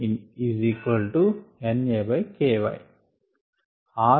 xA xAi NAmky